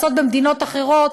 לעשות במדינות אחרות,